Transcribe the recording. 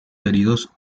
heridos